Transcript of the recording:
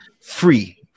free